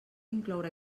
incloure